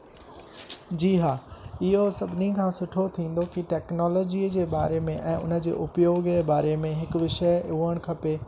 जी हा इहो सभिनी खां सुठो थींदो की टैक्नोलॉजीअ जे बारे में ऐ उन जे उपयोग जे बारे में हिकु विषय हुजणु खपे